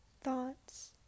thoughts